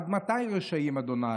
עד מתי רשעים, ה',